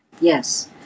Yes